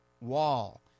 wall